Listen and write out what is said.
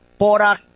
Porak